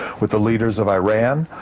with the leaders of iran,